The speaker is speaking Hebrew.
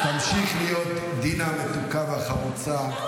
שתמשיך להיות דינה המתוקה והחרוצה.